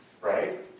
right